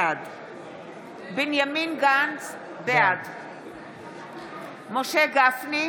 בעד בנימין גנץ, בעד משה גפני,